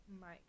Mike